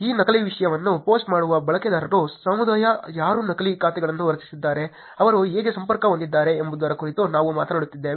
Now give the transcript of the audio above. ಈ ನಕಲಿ ವಿಷಯವನ್ನು ಪೋಸ್ಟ್ ಮಾಡುವ ಬಳಕೆದಾರರ ಸಮುದಾಯ ಯಾರು ನಕಲಿ ಖಾತೆಗಳನ್ನು ರಚಿಸಿದ್ದಾರೆ ಅವರು ಹೇಗೆ ಸಂಪರ್ಕ ಹೊಂದಿದ್ದಾರೆ ಎಂಬುದರ ಕುರಿತು ನಾವು ಮಾತನಾಡಿದ್ದೇವೆ